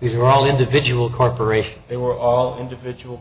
these are all individual corporations they were all individual